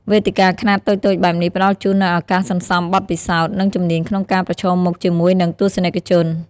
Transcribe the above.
វេទិកាខ្នាតតូចៗបែបនេះផ្តល់ជូននូវឱកាសសន្សំបទពិសោធន៍ និងជំនាញក្នុងការប្រឈមមុខជាមួយនឹងទស្សនិកជន។